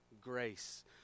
grace